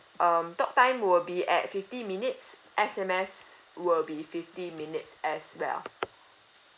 um talk time will be at fifty minutes S_M_S will be fifty minutes as well